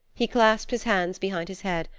he clasped his hands behind his head,